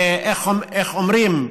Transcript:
איך אומרים,